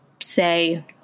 say –